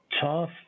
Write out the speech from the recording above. tough